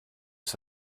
ist